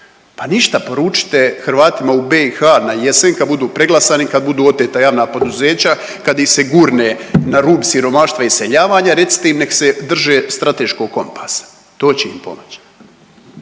Pa ništa, poručite Hrvatima u BiH na jesen kad budu preglasani, kad budu oteta javna poduzeća, kad ih se gurne na rub siromaštva i iseljavanja, recite im da se drže strateškog kompasa, to će im pomoći,